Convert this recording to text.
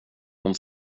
hon